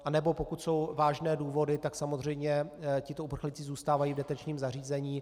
Anebo pokud jsou vážné důvody, tak samozřejmě tito uprchlíci zůstávají v detenčním zařízení.